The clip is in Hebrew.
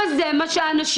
אבל זה מה שיקרה.